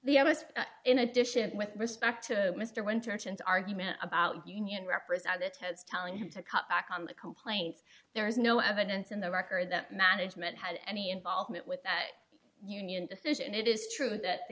most in addition with respect to mr winter actions argument about union representatives telling him to cut back on the complaints there is no evidence in the record that management had any involvement with that union decision it is true that the